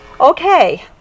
Okay